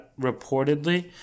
reportedly